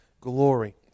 glory